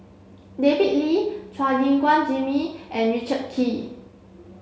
David Lee Chua Gim Guan Jimmy and Richard Kee